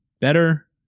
better